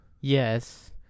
Yes